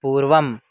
पूर्वम्